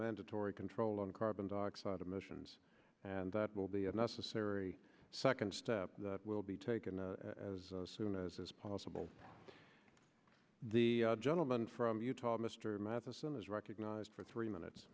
mandatory control on carbon dioxide emissions and that will be a necessary second step will be taken as soon as is possible the gentleman from utah mr matheson is recognized for three minutes